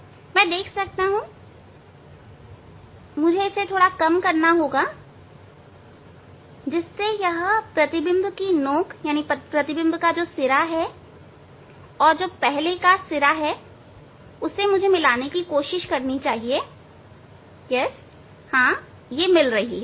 मैं देख सकता हूँ इसलिए मुझे कम करना होगा जिससे इस प्रतिबिंब की नोक और पहले की नोक मुझे मिलाने की कोशिश करनी होगी हां यह मिल रही है